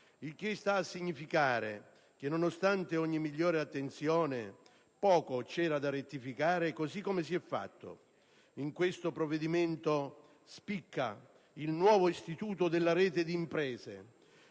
Ciò significa che, nonostante ogni migliore attenzione, poco c'era da rettificare, così come si è fatto. In questo provvedimento spicca il nuovo istituto delle reti di imprese,